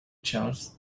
charles